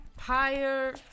higher